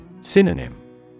Synonym